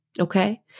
Okay